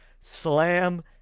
slam